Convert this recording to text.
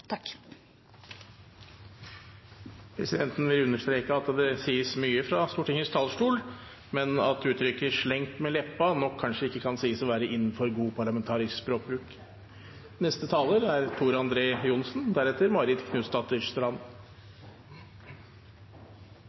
Presidenten vil understreke at det sies mye fra Stortingets talerstol, men at uttrykket «slengt med leppa» nok kanskje ikke kan sies å være innenfor god parlamentarisk språkbruk.